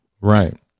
right